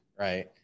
right